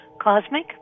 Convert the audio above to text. Cosmic